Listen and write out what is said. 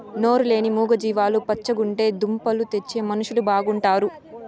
నోరు లేని మూగ జీవాలు పచ్చగుంటే దుంపలు తెచ్చే మనుషులు బాగుంటారు